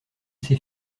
ses